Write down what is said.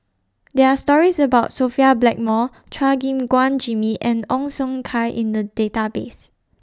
There Are stories about Sophia Blackmore Chua Gim Guan Jimmy and Ong Siong Kai in The Database